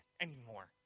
anymore